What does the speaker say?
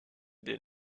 des